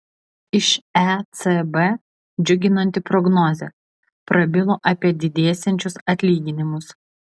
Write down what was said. iš ecb džiuginanti prognozė prabilo apie didėsiančius atlyginimus